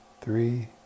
three